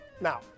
Now